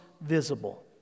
visible